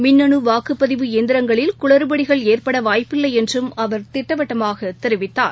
மின்ன்னுவாக்குப்பதிவு இயந்திரங்களில் குளறபடிகள் ஏற்படவாய்ப்பில்லைஎன்றுஅவர் திட்டவட்டமாகதெரிவித்தார்